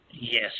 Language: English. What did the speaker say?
Yes